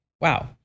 Wow